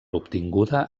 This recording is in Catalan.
obtinguda